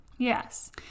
Yes